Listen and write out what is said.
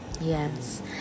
yes